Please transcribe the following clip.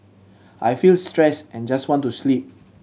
I feel stressed and just want to sleep